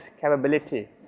capability